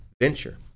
Venture